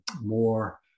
more